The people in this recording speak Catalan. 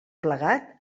plegat